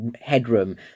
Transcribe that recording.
headroom